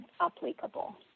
applicable